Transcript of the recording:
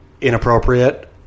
inappropriate